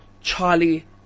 Charlie